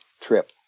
trip